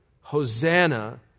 Hosanna